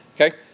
Okay